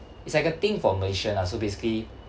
it's like a thing for malaysian lah so basically